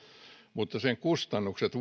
mutta sen kustannukset